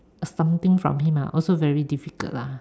something from him ah also very difficult lah